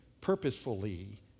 purposefully